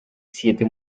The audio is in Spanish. siete